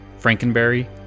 Frankenberry